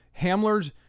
Hamler's